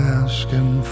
asking